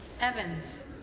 Evans